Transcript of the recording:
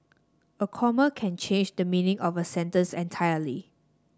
a comma can change the meaning of a sentence entirely